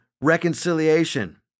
reconciliation